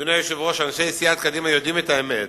אדוני היושב-ראש, אנשי סיעת קדימה יודעים את האמת.